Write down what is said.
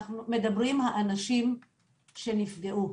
מדברים האנשים שנפגעו,